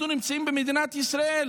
אנחנו נמצאים במדינת ישראל